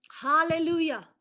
hallelujah